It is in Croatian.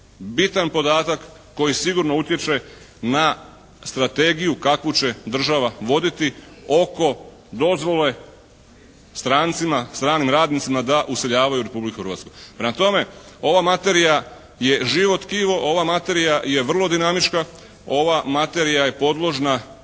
bitan podatak koji sigurno utječe na strategiju kakvu će država voditi oko dozvole strancima, stranim radnicima da useljavaju u Republiku Hrvatsku. Prema tome ova materija je živo tkivo. Ova materija je vrlo dinamička. Ova materija je podložna